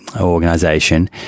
organization